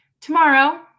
tomorrow